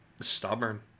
stubborn